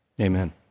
Amen